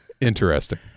Interesting